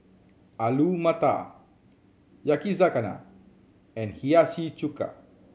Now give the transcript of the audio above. Alu Matar Yakizakana and Hiyashi Chuka